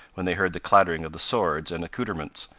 when they heard the clattering of the swords and accouterments,